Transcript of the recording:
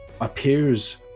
appears